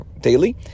daily